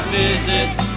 visits